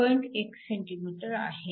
1 cm आहे